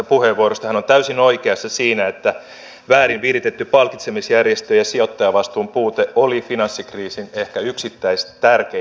hän on täysin oikeassa siinä että väärin viritetty palkitsemisjärjestelmä ja sijoittajavastuun puute oli finanssikriisin yksittäisistä tekijöistä ehkä tärkein